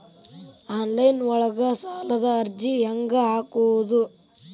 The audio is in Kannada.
ಆನ್ಲೈನ್ ಒಳಗ ಸಾಲದ ಅರ್ಜಿ ಹೆಂಗ್ ಹಾಕುವುದು?